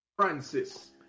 francis